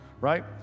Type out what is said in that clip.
right